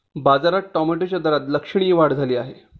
बाजारात टोमॅटोच्या दरात लक्षणीय वाढ झाली आहे